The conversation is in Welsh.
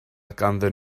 ganddyn